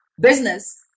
business